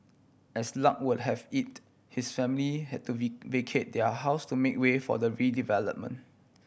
as luck would have it his family had to vacate their house to make way for the redevelopment